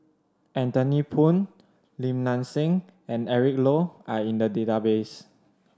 Anthony Poon Lim Nang Seng and Eric Low are in the database